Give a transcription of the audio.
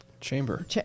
chamber